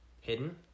Hidden